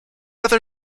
other